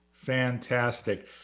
Fantastic